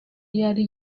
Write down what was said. yari